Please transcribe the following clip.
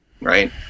right